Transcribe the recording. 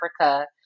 Africa